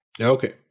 Okay